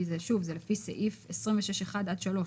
כי זה לפי סעיף 26(1) עד (3).